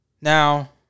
Now